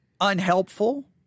unhelpful